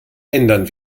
ändern